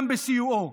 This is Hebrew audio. גם בסיועו?